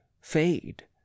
fade